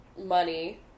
money